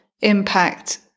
impact